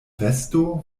vesto